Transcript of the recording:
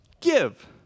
Give